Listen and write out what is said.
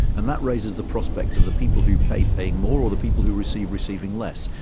and that raises the prospect of the people who pay paying more or the people who receive receiving less.